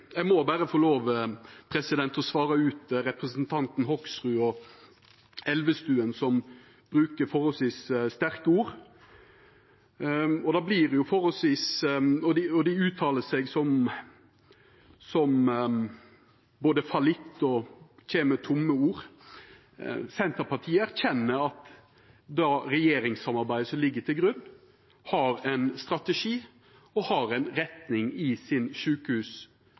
eg skal erkjenna at det kanskje er realpolitikaren i meg som overtek for mykje. Men eg må berre svara ut representantane Hoksrud og Elvestuen, som bruker forholdsvis sterke ord, som «fallitt» og «tomme ord». Senterpartiet erkjenner at det regjeringssamarbeidet som ligg til grunn, har ein strategi og ei retning i sjukehuspolitikken sin,